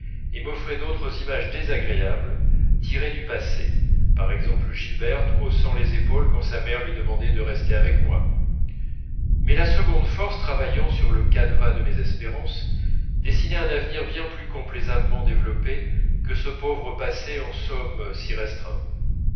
et m'offrait d'autres images désagréables tirées du passé par exemple gilberte haussant les épaules quand sa mère lui demandait de rester avec moi mais la seconde force travaillant sur le canevas de mes espérances dessinait un avenir bien plus complaisamment développé que ce pauvre passé en somme si restreint